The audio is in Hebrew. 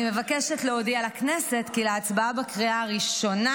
אני מבקשת להודיע לכנסת כי להצבעה בקריאה הראשונה